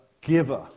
giver